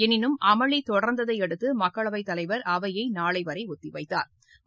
எனினும் அமளி தொடர்ந்ததை அடுத்து மககளவைத் தலைவா் அவையை நாளை வரை ஒத்திவைத்தாா்